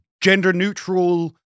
gender-neutral